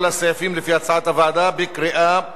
כל הסעיפים לפי הצעת הוועדה בקריאה שנייה.